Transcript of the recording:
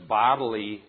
bodily